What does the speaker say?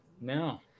No